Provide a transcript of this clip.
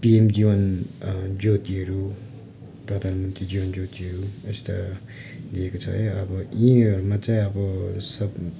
PM जीवान जोतिहरू प्रधान मन्त्री जीवन जोतिहरू यस्ता दिएका छ है अब यीहरूमा चाहिँ अब सब